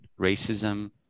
racism